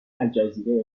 الجزیره